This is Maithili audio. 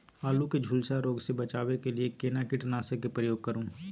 आलू के झुलसा रोग से बचाबै के लिए केना कीटनासक के प्रयोग करू